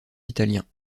italiens